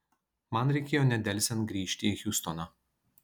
man reikėjo nedelsiant grįžti į hjustoną